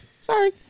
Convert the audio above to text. Sorry